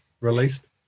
released